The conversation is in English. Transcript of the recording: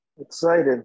Excited